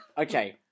Okay